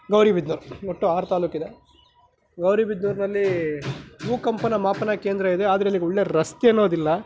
ಗೌರಿಬಿದನೂರು ಒಟ್ಟು ಆರು ತಾಲ್ಲೂಕಿದೆ ಗೌರಿಬಿದನೂರಿನಲ್ಲಿ ಭೂಕಂಪನ ಮಾಪನ ಕೇಂದ್ರ ಇದೆ ಆದರೆ ಅಲ್ಲಿಗೆ ಒಳ್ಳೆಯ ರಸ್ತೆ ಅನ್ನೋದಿಲ್ಲ